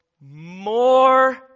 more